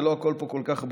ולא הכול פה כל כך ברור,